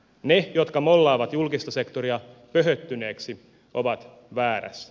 ne jotka mollaavat julkista sektoria pöhöttyneeksi ovat väärässä